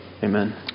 Amen